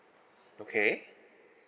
okay